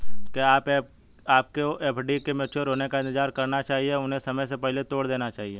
क्या आपको एफ.डी के मैच्योर होने का इंतज़ार करना चाहिए या उन्हें समय से पहले तोड़ देना चाहिए?